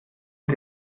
ist